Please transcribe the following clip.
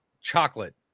chocolate